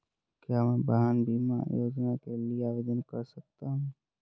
क्या मैं वाहन बीमा योजना के लिए आवेदन कर सकता हूँ?